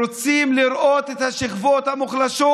רוצים לראות את השכבות המוחלשות,